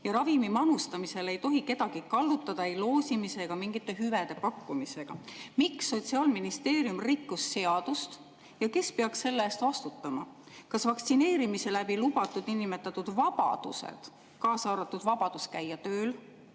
ja ravimi manustamisele ei tohi kedagi kallutada ei loosimise ega mingite hüvede pakkumisega. Miks Sotsiaalministeerium rikkus seadust ja kes peaks selle eest vastutama? Kas vaktsineerimise läbi lubatud nn vabadused, kaasa arvatud vabadus käia tööl,